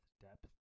depth